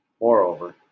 Moreover